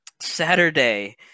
Saturday